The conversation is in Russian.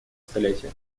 столетия